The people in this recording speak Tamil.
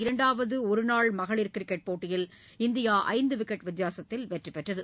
இரண்டாவதுஒருநாள் மகளிர் கிரிக்கெட் போட்டியில் இந்தியாஐந்துவிக்கெட் வித்தியாசத்தில் வெற்றிபெற்றது